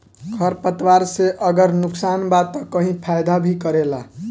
खर पतवार से अगर नुकसान बा त कही फायदा भी करेला